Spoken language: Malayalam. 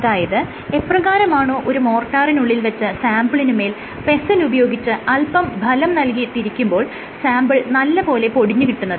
അതായത് എപ്രകാരമാണോ ഒരു മോർട്ടാറിനുള്ളിൽ വെച്ച സാംപിളിനുമേൽ പെസെൽ ഉപയോഗിച്ച് അല്പം ബലം നൽകി തിരിക്കുമ്പോൾ സാംപിൾ നല്ല പോലെ പൊടിഞ്ഞുകിട്ടുന്നത്